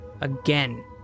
Again